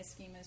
schemas